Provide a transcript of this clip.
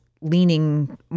leaning